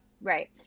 right